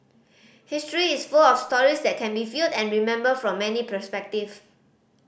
history is full of stories that can be viewed and remembered from many perspective